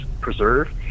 Preserve